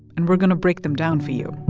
and we're going to break them down for you